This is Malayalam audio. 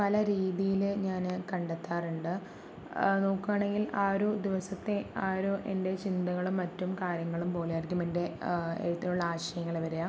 പല രീതിയിൽ ഞാൻ കണ്ടെത്താറുണ്ട് നോക്കുകയാണെങ്കിൽ ആ ഒരു ദിവസത്തെ ആ ഒരു എൻ്റെ ചിന്തകളും മറ്റും കാര്യങ്ങളും പോലെ ആയിരിക്കും എൻ്റെ എഴുത്തിലുള്ള ആശയങ്ങള് വരിക